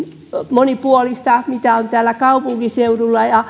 monipuolista kuin on täällä kaupunkiseudulla